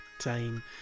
time